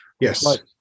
Yes